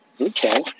Okay